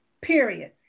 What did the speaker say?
Period